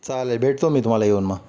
चालेल भेटतो मी तुम्हाला येऊन मग